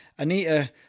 Anita